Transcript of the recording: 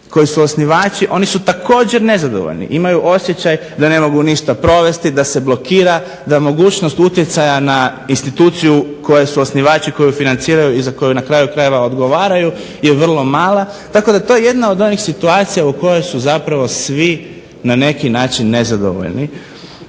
koji su osnivači oni su također nezadovoljni, imaju osjećaj da ne mogu ništa provesti, da se blokira, da mogućnost utjecaja na instituciju koje su osnivači, koju financiraju i za koju na kraju krajeva odgovaraju je vrlo mala. Tako da to je jedna od onih situacija u kojoj su zapravo svi na neki način nezadovoljni.